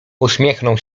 uśmiechnął